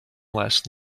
last